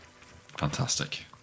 Fantastic